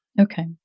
Okay